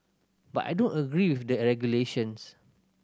but I don't agree with the regulations